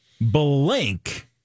blank